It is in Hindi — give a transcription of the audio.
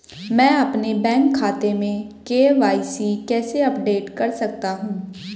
मैं अपने बैंक खाते में के.वाई.सी कैसे अपडेट कर सकता हूँ?